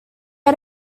had